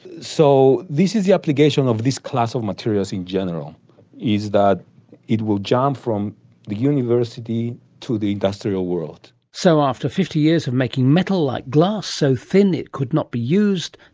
so this is the application of this class of materials in general is that it will jump from the university to the industrial world. so after fifty years of making metal like glass, so thin it could not be used,